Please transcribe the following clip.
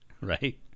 right